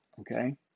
okay